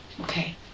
Okay